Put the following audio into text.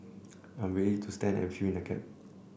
I'm ready to stand and fill in the gap